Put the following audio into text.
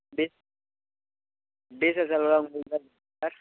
diesel செலவெல்லாம் உங்களுதா எப்படி சார்